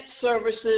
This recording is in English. services